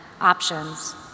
options